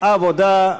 התשע"ה 2014, נתקבלה.